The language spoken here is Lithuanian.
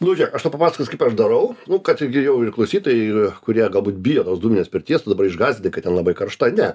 nu žiūrėk aš tau papasakosiu kaip aš darau kad gi jau ir klausytojai ir kurie galbūt bijo tos dūminės pirties labai išgąsdinti kad ten labai karšta ne